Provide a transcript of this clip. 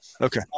Okay